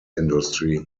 industry